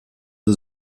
sie